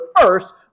first